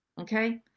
okay